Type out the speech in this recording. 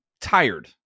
tired